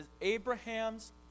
Abraham's